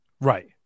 Right